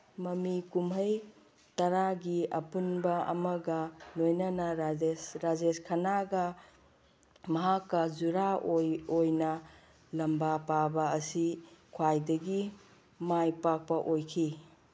ꯃꯃꯤ ꯀꯨꯝꯍꯩ ꯇꯔꯥꯒꯤ ꯑꯄꯨꯟꯕ ꯑꯃꯒ ꯂꯣꯏꯅꯅ ꯔꯥꯖꯦꯁ ꯈꯅꯥꯒ ꯃꯍꯥꯛꯀ ꯖꯨꯔꯥ ꯑꯣꯏꯅ ꯂꯝꯕꯥ ꯄꯥꯕ ꯑꯁꯤ ꯈ꯭ꯋꯥꯏꯗꯒꯤ ꯃꯥꯏ ꯄꯥꯛꯄ ꯑꯣꯏꯈꯤ